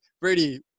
Brady